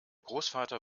großvater